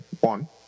One